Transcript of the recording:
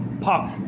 pop